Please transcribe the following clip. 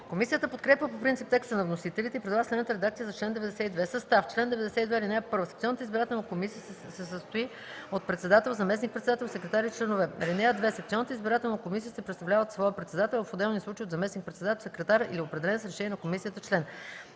Комисията подкрепя по принцип текста на вносителите и предлага следната редакция за чл. 92: „Състав Чл. 92. (1) Секционната избирателна комисия се състои от председател, заместник-председател, секретар и членове. (2) Секционната избирателна комисия се представлява от своя председател, а в отделни случаи – от заместник-председател, секретар или определен с решение на комисията член.